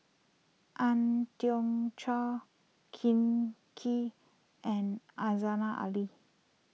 Ang Hiong Chiok Ken Kee and asana Ali